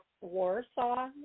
Warsaw